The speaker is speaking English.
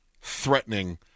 threatening